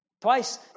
Twice